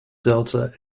delta